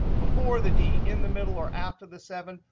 before the d, in the middle, or after the seven,